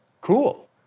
cool